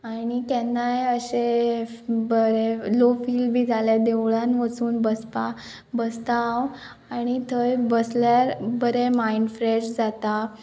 आणी केन्नाय अशें बरें लो फील बी जालें देवळान वचून बसपा बसता हांव आणी थंय बसल्यार बरें मायंड फ्रेश जाता